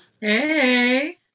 Hey